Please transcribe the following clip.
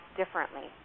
differently